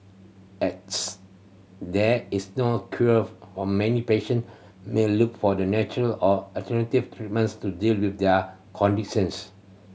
as there is no cure of many patient may look for the natural or alternative treatments to deal with their conditions